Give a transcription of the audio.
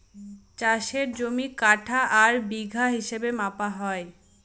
চাষের জমি কাঠা আর বিঘা হিসাবে মাপা হয়